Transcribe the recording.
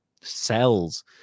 cells